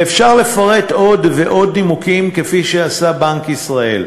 ואפשר לפרט עוד ועוד נימוקים, כפי שעשה בנק ישראל.